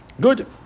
Good